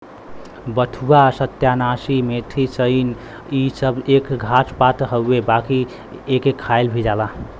बथुआ, सत्यानाशी, मेथी, सनइ इ सब एक घास पात हउवे बाकि एके खायल भी जाला